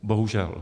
Bohužel.